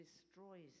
destroys